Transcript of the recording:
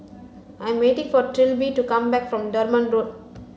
I'm waiting for Trilby to come back from Durban Road